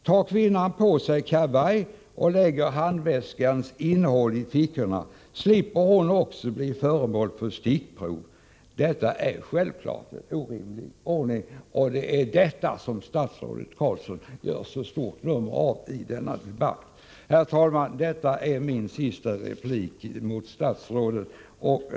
Tar kvinnan på sig kavaj och lägger handväskans innehåll i fickorna, slipper också hon bli föremål för stickprov. Detta är självklart en orimlig ordning, men det är detta statsrådet Ingvar Carlsson gör så stort nummer av i denna debatt. Herr talman! Detta är min sista replik till statsrådet.